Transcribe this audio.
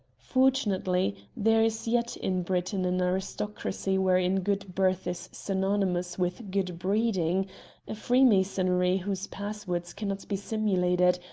fortunately, there is yet in britain an aristocracy wherein good birth is synonymous with good breeding a freemasonry whose passwords cannot be simulated,